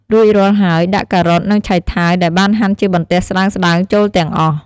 រួចរាល់ហើយដាក់ការ៉ុត និងឆៃថាវដែលបានហាន់ជាបន្ទះស្តើងៗចូលទាំងអស់។